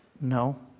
No